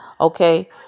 okay